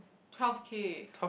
twelve K